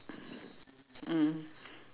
<S